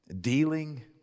dealing